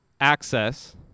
access